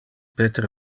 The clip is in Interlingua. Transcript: peter